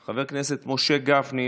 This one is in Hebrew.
חבר הכנסת משה גפני,